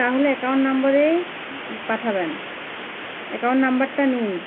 তাহলে অ্যাকাউন্ট নাম্বারেই পাঠাবেন অ্যাকাউন্ট নাম্বারটা নিন